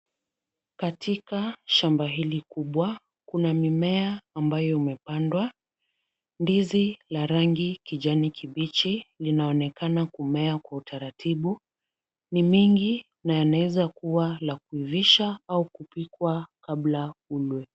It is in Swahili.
Katika shamba hili kubwa, kuna mimea ambayo imepandwa. Ndizi la rangi kijani kibichi linaonekana kumea kwa utaratibu. Ni mingi na yanaweza kuwa la kuivisha au kupikwa kabla kulwe.